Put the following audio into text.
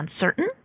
uncertain